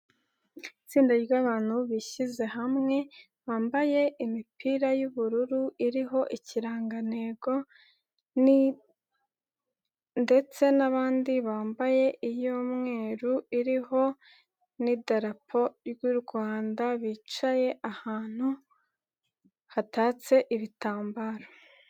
Itsinda ry'abantu bishyize hamwe bambaye imipira y'ubururu iriho ikirangantego ndetse n'abandi bambaye iy'umweru iriho n'idarapo ry'u Rwanda bicaye ahantu hatatse ibitambaro.